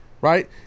right